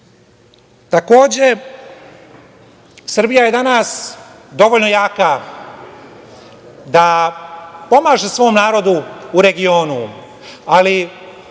godine. Takođe, Srbija je danas dovoljno jaka da pomaže svom narodu u regionu, pre